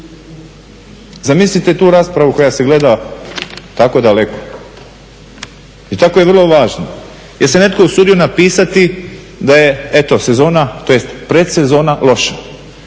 Zamislite tu raspravu koja se gleda tako daleko i tako je vrlo važna. Jel se netko usudio napisati da je eto sezona tj. predsezona loša?